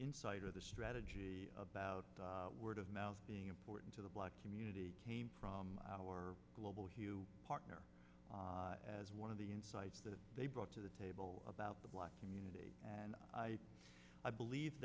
insight or the strategy about the word of mouth being important to the black community from our global partner as one of the insights that they brought to the table about the black community and i believe